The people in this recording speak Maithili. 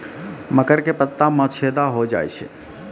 मकर के पत्ता मां छेदा हो जाए छै?